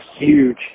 huge